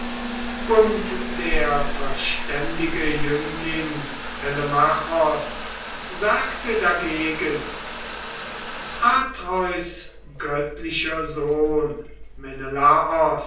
und der verständige jüngling telemachos sagte dagegen atreus göttlicher sohn